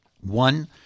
One